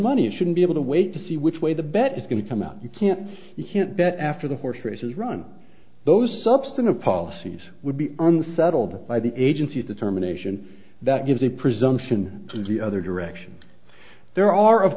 money shouldn't be able to wait to see which way the bet is going to come out you can't you can't bet after the horse races run those substantive policies would be unsettled by the agency's determination that gives a presumption of the other direction there are of